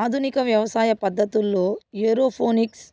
ఆధునిక వ్యవసాయ పద్ధతుల్లో ఏరోఫోనిక్స్,